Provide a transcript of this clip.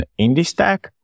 IndieStack